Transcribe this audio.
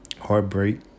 Heartbreak